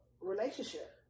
relationship